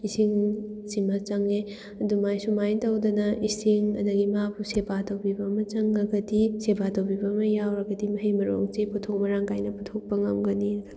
ꯏꯁꯤꯡꯁꯤꯃ ꯆꯪꯉꯦ ꯑꯗꯨꯃꯥꯏꯅ ꯁꯨꯃꯥꯏꯅ ꯇꯧꯗꯅ ꯏꯁꯤꯡ ꯑꯗꯒꯤ ꯃꯥꯕꯨ ꯁꯦꯕꯥ ꯇꯧꯕꯤꯕ ꯑꯃ ꯆꯪꯉꯒꯗꯤ ꯁꯦꯕꯥ ꯇꯧꯕꯤꯕ ꯑꯃ ꯌꯥꯎꯔꯒꯗꯤ ꯃꯍꯩ ꯃꯔꯣꯡꯁꯦ ꯄꯣꯊꯣꯛ ꯃꯔꯥꯡ ꯀꯥꯏꯅ ꯄꯨꯊꯣꯛꯄ ꯉꯝꯒꯅꯤ